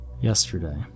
Yesterday